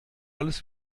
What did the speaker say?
alles